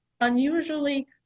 unusually